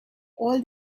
all